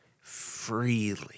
freely